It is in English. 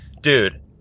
dude